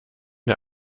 der